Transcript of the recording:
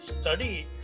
study